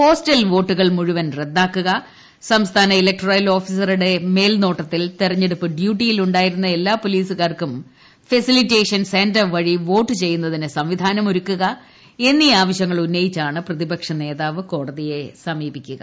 postal വോട്ടുകൾ മുഴുവൻ റദ്ദാക്കുക സംസ്ഥാന ഇലക്ടറൽ ഓഫീസറുടെ മേൽനോട്ടത്തിൽ്ടു തിരഞ്ഞെടുപ്പ് ഡ്യൂട്ടിയിലുണ്ടായിരുന്ന എല്ലാ പ്രി പൊലീസുകാർക്കും ഫെസിലിറ്റേഷൻ സെന്റർ വഴി വോട്ട് ചെയ്യുന്നതിന് സംവിധാനം ഒരുക്കുക ് എന്നീ ആവശൃങ്ങളുന്നയിച്ചാണ് പ്രതിപക്ഷ നേതാവ് കോടതിയെ സമീപിക്കുക